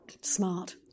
Smart